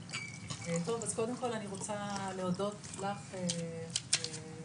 קודם כל אני רוצה להודות לך ח"כ